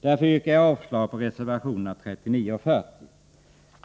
Därför yrkar jag avslag på reservationerna 39 och 40.